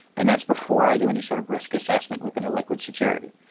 and that's before i do any sort of risk assessment with an illiquid security.